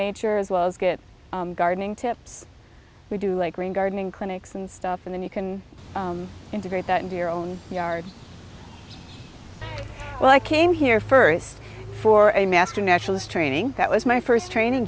nature as well as get gardening tips we do like green gardening clinics and stuff and then you can integrate that into your own yard well i came here first for a master naturalist training that was my first training